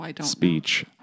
speech